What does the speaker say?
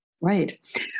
Right